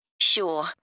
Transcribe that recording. Sure